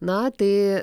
na tai